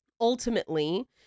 ultimately